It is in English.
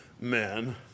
Men